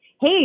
Hey